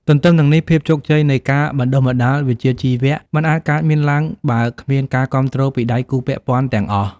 ទន្ទឹមនឹងនេះភាពជោគជ័យនៃការបណ្តុះបណ្តាលវិជ្ជាជីវៈមិនអាចកើតមានឡើងឡើយ បើគ្មាន ការគាំទ្រពីដៃគូពាក់ព័ន្ធ ទាំងអស់។